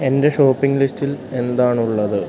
എൻ്റെ ഷോപ്പിംഗ് ലിസ്റ്റിൽ എന്താണുള്ളത്